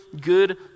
good